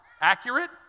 Accurate